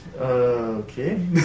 Okay